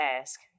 ask